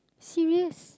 serious